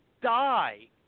die